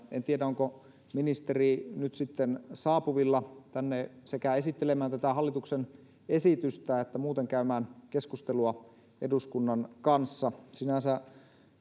en tiedä onko ministeri nyt sitten saapuvilla tänne sekä esittelemään tätä hallituksen esitystä että muuten käymään keskustelua eduskunnan kanssa sinänsä